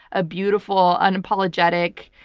a beautiful, unapologetic,